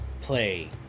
play